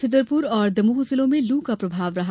छतरपुर और दमोह जिलों में लू का प्रभाव रहा